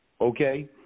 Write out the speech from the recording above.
okay